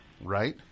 Right